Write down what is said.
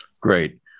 Great